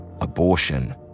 abortion